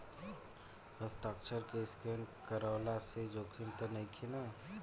हस्ताक्षर के स्केन करवला से जोखिम त नइखे न?